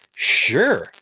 Sure